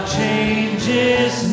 changes